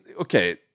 okay